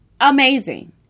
Amazing